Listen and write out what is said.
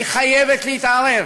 היא חייבת להתערב,